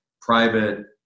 private